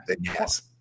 Yes